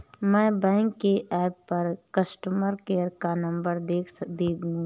मैं बैंक के ऐप पर कस्टमर केयर का नंबर कैसे देखूंगी?